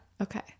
okay